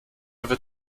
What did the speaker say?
wird